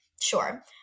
Sure